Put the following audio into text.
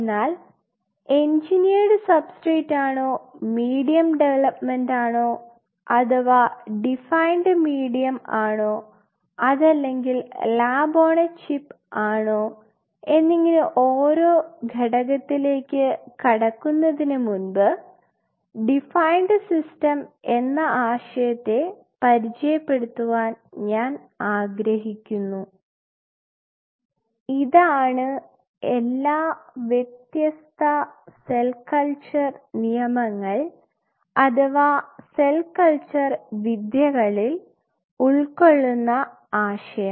എന്നാൽ engineered substrate medium development അഥവാ defined medium അതല്ലെങ്കിൽ ലാബ് ഓൺ എ ചിപ്പ് എന്നിങ്ങനെ ഓരോ ഘടകത്തിലേക്കു കടക്കുന്നതിനു മുമ്പ് ഡിഫൈൻഡ് സിസ്റ്റം എന്ന ആശയത്തെ പരിചയപ്പെടുത്തുവാൻ ഞാൻ ആഗ്രഹിക്കുന്നു ഇതാണ് എല്ലാ വ്യത്യസ്ത സെൽ കൾച്ചർ നിയമങ്ങൾ അഥവാ സെൽ കൾച്ചർ വിദ്യകളിൽ ഉൾക്കൊള്ളുന്ന ആശയം